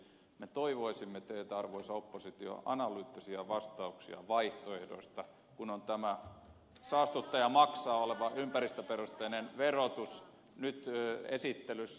me toivoisimme teiltä arvoisa oppositio analyyttisiä vastauksia vaihtoehdoista kun on tämä saastuttaja maksaa ympäristöperusteinen verotus nyt esittelyssä